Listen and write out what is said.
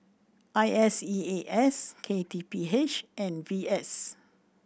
I S E A S K T P H and V S